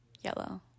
Yellow